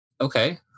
Okay